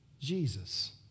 Jesus